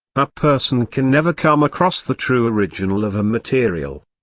a person can never come across the true original of a material.